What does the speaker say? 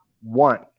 one